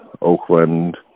Oakland